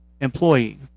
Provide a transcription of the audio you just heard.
employee